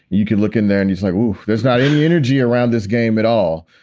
you can look in there and he's like, well, there's not any energy around this game at all.